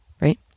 right